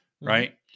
right